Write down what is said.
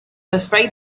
afraid